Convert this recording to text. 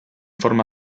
forma